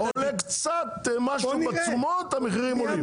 עולה קצת משהו בתשומות, המחירים עולים.